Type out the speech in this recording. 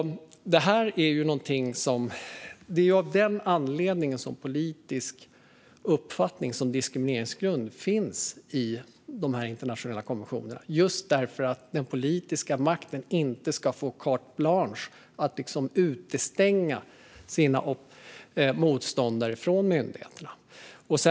Det är av denna anledning som politisk uppfattning som diskrimineringsgrund finns i dessa internationella konventioner, alltså just därför att den politiska makten inte ska få carte blanche att utestänga sina motståndare från myndigheterna.